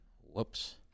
Whoops